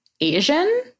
Asian